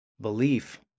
belief